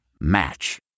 Match